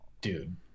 dude